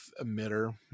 emitter